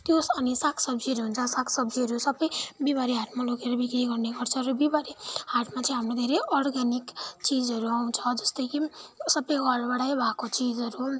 त्यो अनि साग सब्जीहरू हुन्छ साग सब्जीहरू सबै बिहिबारे हाटमा लगेर बिक्री गर्ने गर्छ र बिहिबारे हाटमा चाहिँ हाम्रो धेरै अर्ग्यानिक चिजहरू आउँछ जस्तै कि सबै घरबाटै भएको चिजहरू